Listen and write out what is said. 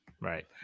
Right